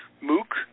Mook